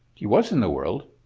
he was in the world,